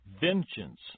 vengeance